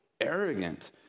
arrogant